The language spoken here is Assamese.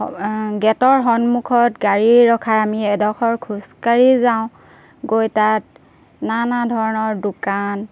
গেটৰ সন্মুখত গাড়ী ৰখাই আমি এডোখৰ খোজকাঢ়ি যাওঁ গৈ তাত নানা ধৰণৰ দোকান